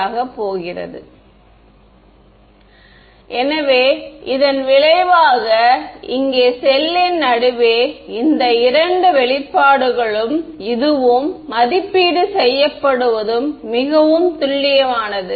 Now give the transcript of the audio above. ∂Ey ∂ x 1 2 Ey n1i j1 2 Ey n1i 1 j1 2 Δx Ey ni j1 2 Ey ni 1 j1 2 Δx ∂Ey ∂ x 1 2 Ey n1i j1 2 Ey ni j1 2 Δt Ey n1i 1 j1 2 Ey ni 1 j1 2 Δt எனவே இதன் விளைவாக இங்கே செல்லின் நடுவே இந்த இரண்டு வெளிப்பாடுகளும் இதுவும் மதிப்பீடு செய்யப்படுவதும் மிகவும் துல்லியமானது